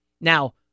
Now